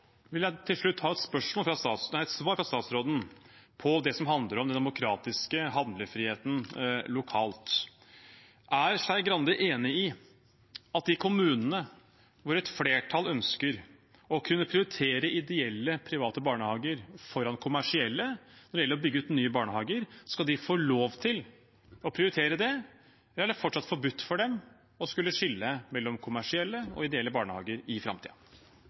Til slutt vil jeg ha et svar fra statsråden på det som handler om den demokratiske handlefriheten lokalt. Er Skei Grande enig i at de kommunene hvor et flertall ønsker å kunne prioritere ideelle, private barnehager foran kommersielle når det gjelder å bygge ut nye barnehager, skal få lov til å prioritere det, eller er det fortsatt forbudt for dem å skulle skille mellom kommersielle og ideelle barnehager i